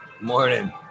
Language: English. Morning